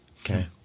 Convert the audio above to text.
Okay